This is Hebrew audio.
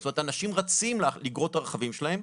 זאת אומרת, אנשים רצים לגרוט את הרכבים שלהם,